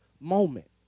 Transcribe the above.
moment